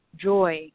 joy